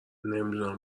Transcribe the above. نمیدونم